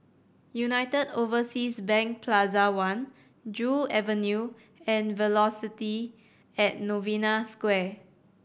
United Overseas Bank Plaza One Joo Avenue and Velocity at Novena Square